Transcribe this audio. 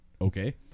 okay